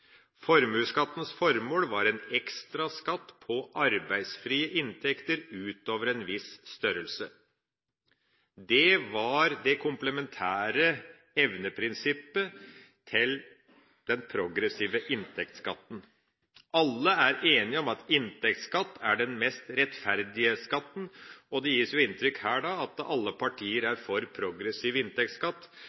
Formuesskattens formål var en ekstra skatt på arbeidsfrie inntekter utover en viss størrelse. Det var det komplementære evneprinsippet til den progressive inntektsskatten. Alle er enige om at inntektsskatt er den mest rettferdige skatten. Det gis her inntrykk av at alle partier er for progressiv inntektsskatt.